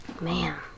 Man